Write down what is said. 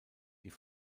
die